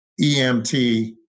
EMT